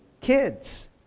kids